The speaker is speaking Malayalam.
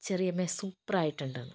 ചെറിയമ്മേ സൂപ്പറായിട്ടുണ്ട്